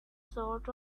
sort